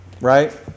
Right